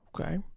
Okay